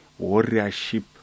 warriorship